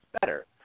better